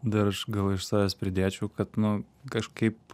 dar aš gal iš savęs pridėčiau kad nu kažkaip